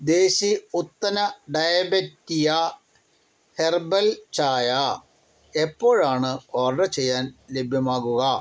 ദേശി ഉത്തന ഡയബെറ്റിയ ഹെർബൽ ചായ എപ്പോഴാണ് ഓർഡർ ചെയ്യാൻ ലഭ്യമാകുക